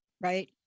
right